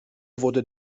wurde